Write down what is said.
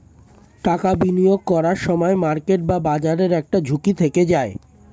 টাকা বিনিয়োগ করার সময় মার্কেট বা বাজারের একটা ঝুঁকি থেকে যায়